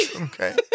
okay